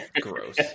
Gross